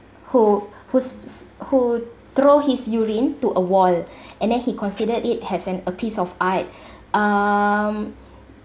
who who's who threw his urine to a wall and then he considered it as an a piece of art um